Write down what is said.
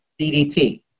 DDT